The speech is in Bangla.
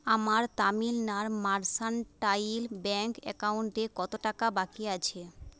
আমার তামিলনাড় মার্সেন্টাইল ব্যাঙ্ক অ্যাকাউন্টে কত টাকা বাকি আছে